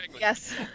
Yes